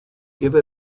give